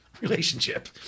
relationship